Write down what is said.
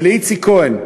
ולאיציק כהן.